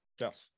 Yes